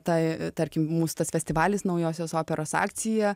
tai tarkim mūsų tas festivalis naujosios operos akcija